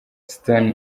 stone